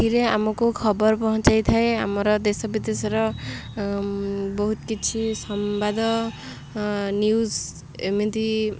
ଏଥିରେ ଆମକୁ ଖବର ପହଞ୍ଚାଇ ଥାଏ ଆମର ଦେଶ ବିଦେଶର ବହୁତ କିଛି ସମ୍ବାଦ ନ୍ୟୁଜ ଏମିତି